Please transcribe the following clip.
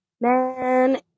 Man